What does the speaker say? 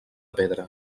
pedra